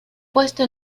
puesto